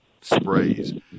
sprays